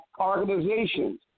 organizations